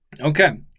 Okay